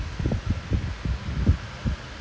the lead I think they say the who's the guy ah the